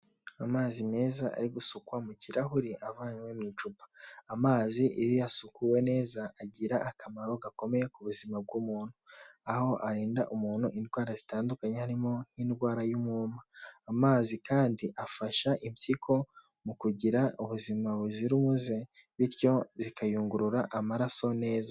Amazi meza ari gusukwa mu kirahure avanywe mu icupa, amazi iyo yasukuwe neza agira akamaro gakomeye ku buzima bw'umuntu aho arinda umuntu indwara zitandukanye harimo nk'indwara y'umwuma, amazi kandi afasha impyiko mu kugira ubuzima buzira umuze bityo zikayungurura amaraso neza.